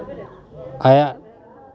ᱟᱭᱟᱜ